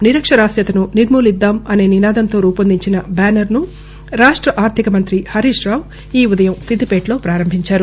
నిరక్షరాస్యతను నిర్మూలిద్దాం అనే నినాదంతో రూపొందించిన బ్యానర్ను రాష్ట్ర ఆర్టికమంతి హరీష్రావు ఈ ఉదయం సిద్దిపేటలో పారంభించారు